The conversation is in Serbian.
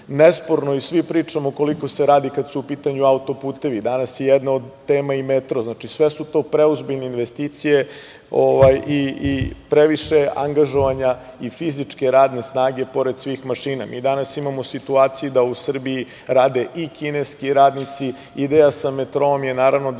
i svi pričamo koliko se radi kada su u pitanju autoputevi. Danas je jedna od tema i metro. Znači, sve su to preozbiljne investicije i previše angažovanja i fizičke radne snage pored svih mašina. Mi danas imamo situaciju da u Srbiji rade i kineski radnici. Ideja sa metroom je naravno, da